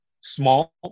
small